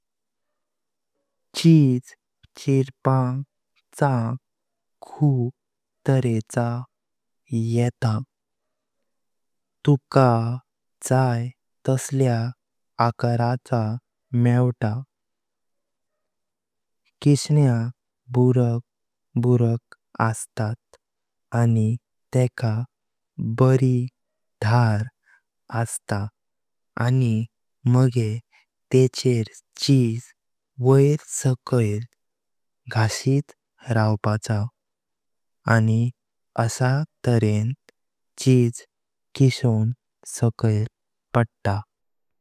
चीज़ किसपाचा खूब तरेचा येता, तुका जात तसल्या अकार्चा मेवता। किस्न्याक बुराक बुराक अस्तात आनी तेका बरी धर असता आनी मगे तेचेर चीज़ वोर सकायिल घसित रवपाचा आनी अशा तरेन चीज़ किसोन सकायिल पडता।